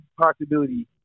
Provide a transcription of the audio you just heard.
possibility